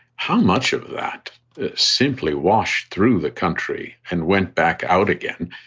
how much of that simply wash through the country and went back out again?